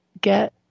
get